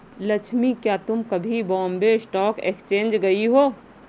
लक्ष्मी, क्या तुम कभी बॉम्बे स्टॉक एक्सचेंज गई हो?